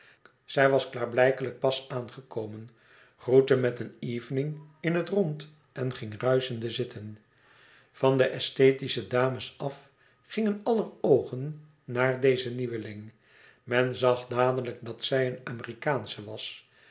zij was klaarblijkelijk pas aangekomen groette met een evening in het rond en ging ruischende zitten van de esthetische dames af gingen aller oogen naar deze nieuweling men zag dadelijk dat zij een amerikaansche was